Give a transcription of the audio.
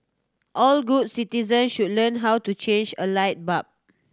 all good citizens should learn how to change a light bulb